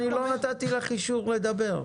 אני לא נתתי לך אישור לדבר.